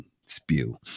spew